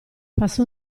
passò